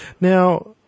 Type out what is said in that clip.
Now